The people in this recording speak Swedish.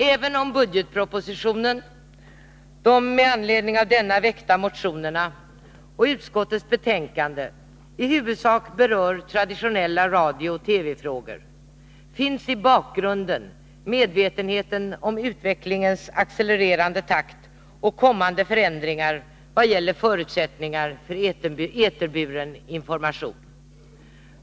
Även om budgetpropositionen, de med anledning av denna väckta motionerna och utskottets betänkande i huvudsak berör traditionella radiooch TV-frågor finns i bakgrunden medvetenheten om utvecklingens accelererande takt och kommande förändringar i vad gäller förutsättningar för eterburen information.